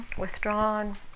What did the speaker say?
Withdrawn